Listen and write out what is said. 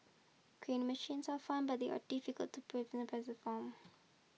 crane machines are fun but they are difficult to play win the prizes from